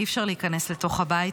אי-אפשר להיכנס לתוך הבית.